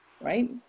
right